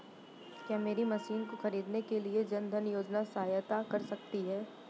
क्या मेरी मशीन को ख़रीदने के लिए जन धन योजना सहायता कर सकती है?